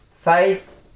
Faith